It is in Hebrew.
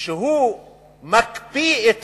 בכותרת בומבסטית שהוא מקפיא את